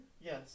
yes